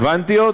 הרלוונטיות,